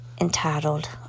entitled